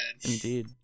Indeed